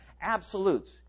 absolutes